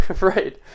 Right